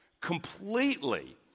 Completely